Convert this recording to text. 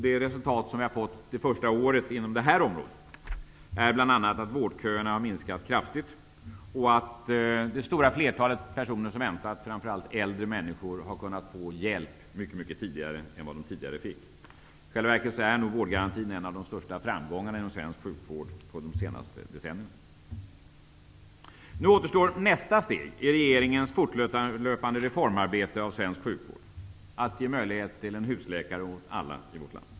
Det resultat vi har fått det första året inom det här området är bl.a. att vårdköerna har minskat kraftigt och att det stora flertalet personer som står i kö, framför allt äldre människor, har kunnat få hjälp mycket mycket tidigare än vad som tidigare var fallet. I själva verket är nog vårdgarantin en av de största framgångarna inom svensk sjukvård under de senaste decennierna. Nu återstår nästa steg i regeringens fortlöpande arbete för att reformera svensk sjukvård, nämligen att ge alla i vårt land möjlighet att skaffa sig en husläkare.